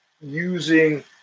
using